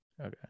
Okay